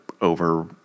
over